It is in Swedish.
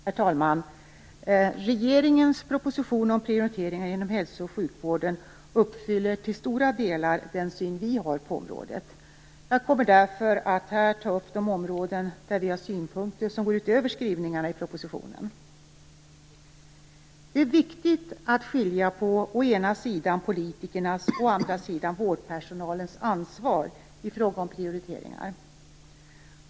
Herr talman! Regeringens proposition om prioriteringar inom hälso och sjukvården sammanfaller till stora delar med den syn vi har på området. Jag kommer därför att här ta upp de områden där vi har synpunkter som går utöver skrivningarna i propositionen. Det är viktigt att skilja på å ena sidan politikernas och å andra sidan vårdpersonalens ansvar i fråga om prioriteringar.